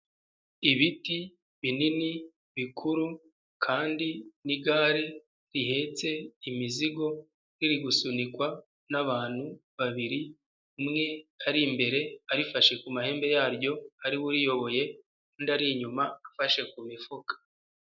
Ibiti binini bikuru kandi n'igare rihetse imizigo riri gusunikwa nabantu babiri, umwe ari imbere arifashe ku mahembe yaryo ari we uriyoboye, undi ari inyuma afashe ku mifuka.